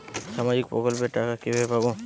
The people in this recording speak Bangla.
সামাজিক প্রকল্পের টাকা কিভাবে পাব?